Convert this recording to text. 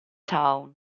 town